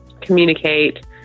communicate